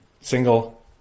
single